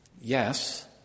Yes